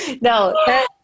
No